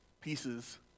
pieces